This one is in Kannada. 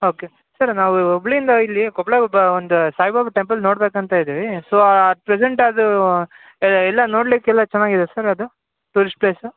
ಓಕೆ ಸರ್ ನಾವು ಹುಬ್ಬಳ್ಳಿಯಿಂದ ಇಲ್ಲಿ ಕೊಪ್ಪಳಗ್ ಬಾ ಒಂದು ಸಾಯಿಬಾಬಾ ಟೆಂಪಲ್ ನೋಡಬೇಕಂತ ಇದ್ದೀವಿ ಸೊ ಅಟ್ ಪ್ರೆಸೆಂಟ್ ಅದು ಎಲ್ಲ ನೋಡಲಿಕ್ಕೆ ಎಲ್ಲ ಚೆನ್ನಾಗಿದೆ ಸರ್ ಅದು ಟೂರಿಸ್ಟ್ ಪ್ಲೇಸು